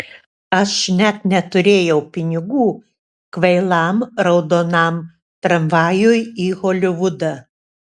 aš net neturėjau pinigų kvailam raudonam tramvajui į holivudą